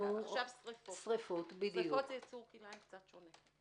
שריפות זה יצור כלאיים קצת שונה.